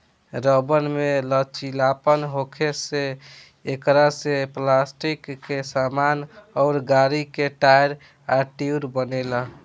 rubber में लचीलापन होखे से एकरा से पलास्टिक के सामान अउर गाड़ी के टायर आ ट्यूब बनेला